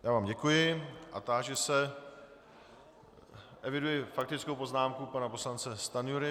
Já vám děkuji a táži se eviduji faktickou poznámku pana poslance Stanjury.